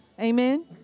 Amen